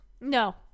No